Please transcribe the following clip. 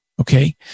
Okay